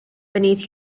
beneath